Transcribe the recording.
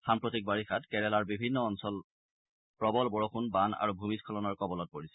সাম্প্ৰতিক বাৰিষাত কেৰেলাৰ বিভিন্ন অঞ্চল প্ৰবল বৰষুণ বান আৰু ভূমিস্বলনৰ কবলত পৰিছে